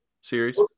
series